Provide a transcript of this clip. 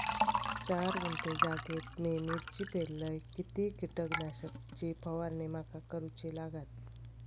चार गुंठे जागेत मी मिरची पेरलय किती कीटक नाशक ची फवारणी माका करूची लागात?